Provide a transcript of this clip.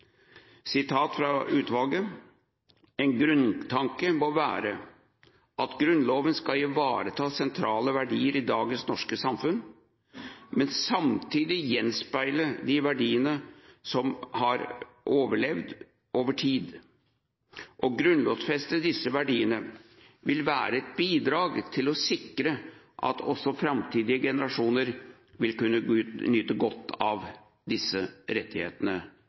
Sitat fra utvalget: «En grunntanke må være at Grunnloven skal ivareta sentrale verdier i dagens norske samfunn, men samtidig gjenspeile de verdiene som har overlevd over tid. Å grunnlovsfeste disse verdiene vil være et bidrag til å sikre at også fremtidige generasjoner vil kunne nyte godt av disse rettighetene.»